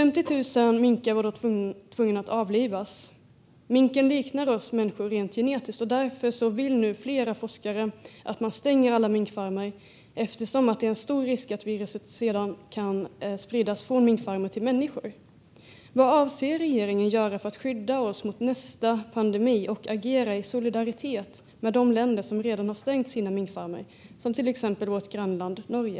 Man var då tvungen att avliva 50 000 minkar. Minken liknar oss människor rent genetiskt. Därför vill nu flera forskare att man stänger alla minkfarmer eftersom det finns en stor risk att viruset sprids från minkfarmer till människor. Vad avser regeringen att göra för att skydda oss mot nästa pandemi och agera i solidaritet med de länder som redan har stängt sina minkfarmer, till exempel vårt grannland Norge?